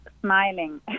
smiling